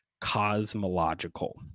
cosmological